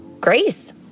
Grace